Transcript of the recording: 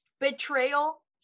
betrayal